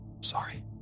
Sorry